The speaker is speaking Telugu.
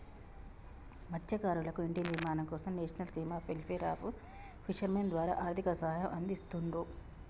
మత్స్యకారులకు ఇంటి నిర్మాణం కోసం national scheme of welfare of fishermen ద్వారా ఆర్థిక సహాయం అందిస్తున్రు